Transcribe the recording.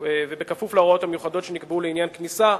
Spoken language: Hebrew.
ובכפוף להוראות המיוחדות שנקבעו לעניין כניסה.